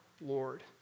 Lord